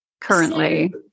currently